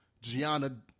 Gianna